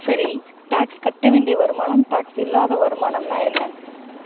சரி டேக்ஸ் கட்ட வேண்டிய வருமானம் டேக்ஸ் இல்லாத வருமானம்னா என்ன